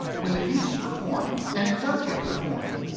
when the piece is performed, and it does get performed,